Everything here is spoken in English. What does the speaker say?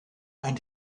and